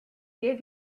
gave